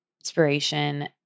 inspiration